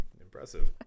impressive